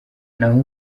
naho